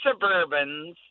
suburbans